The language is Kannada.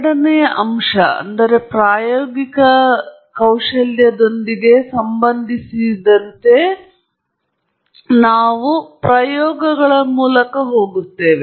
ಎರಡನೆಯ ಅಂಶದೊಂದಿಗೆ ಸಂಬಂಧಿಸಿದ ಕೌಶಲ್ಯಗಳನ್ನು ಇಲ್ಲಿ ನಾವು ಪ್ರಯೋಗಗಳ ಮೂಲಕ ತೋರಿಸುತ್ತೇವೆ